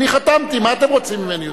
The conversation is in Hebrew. אני חתמתי, מה אתם רוצים ממני יותר?